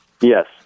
Yes